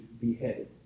beheaded